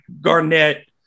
Garnett